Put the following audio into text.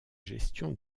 gestion